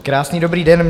Krásný dobrý den.